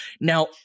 Now